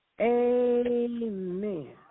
Amen